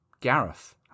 Gareth